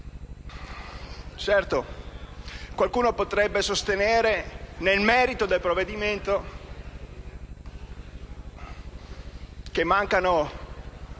Giulia. Qualcuno potrebbe sostenere, nel merito del provvedimento, che mancano